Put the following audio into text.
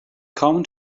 common